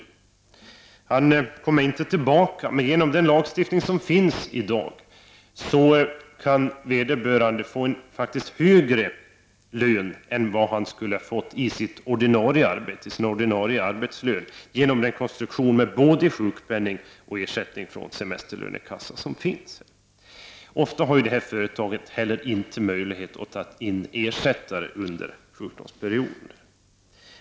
Den anställde kommer inte tillbaka till företaget, men genom den lagstiftning som finns i dag kan vederbörande nu faktiskt få en lön som är högre än hans ordinarie arbetslön. Detta blir möjligt genom den konstruktion med både sjukpenning och ersättning från semesterlönekassa som i dag finns. Ofta har dessa företag inte heller någon möjlighet att ta in ersättare under sjukdomsperioder.